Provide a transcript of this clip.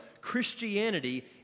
Christianity